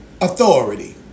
Authority